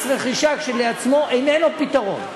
מס רכישה כשלעצמו איננו פתרון.